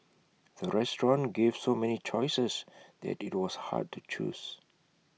the restaurant gave so many choices that IT was hard to choose